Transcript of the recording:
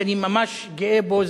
שאני ממש גאה בו,